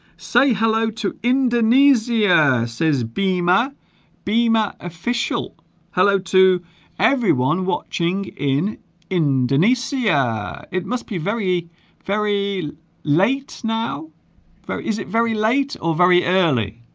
say hello to indonesia says beema beema official hello to everyone watching in indonesia indonesia it must be very very late now though is it very late or very early